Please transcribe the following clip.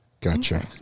Gotcha